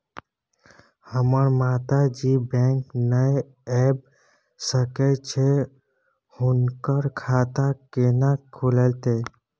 हमर माता जी बैंक नय ऐब सकै छै हुनकर खाता केना खूलतै?